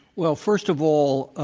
well, first of all,